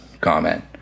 comment